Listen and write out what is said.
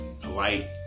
polite